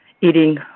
eating